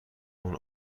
اون